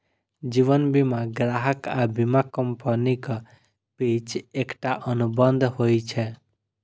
जीवन बीमा ग्राहक आ बीमा कंपनीक बीच एकटा अनुबंध होइ छै